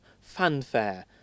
fanfare